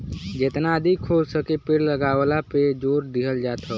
जेतना अधिका हो सके पेड़ लगावला पे जोर दिहल जात हौ